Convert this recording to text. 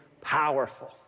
powerful